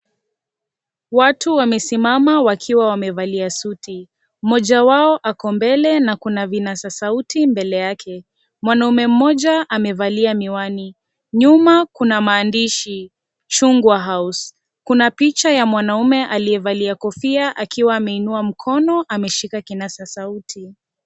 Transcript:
Watu wamesimama wakiwa wamevalia suti, mmoja wao ako mbele na kuna vinasa sauti mbele yake. Mwanaume mmoja amevalia miwani. Nyuma kuna maandishi Chungwa House, kuna picha ya mwanaume aliyevalia kofia akiwa ameinua mkono ameshika kinasa sauti.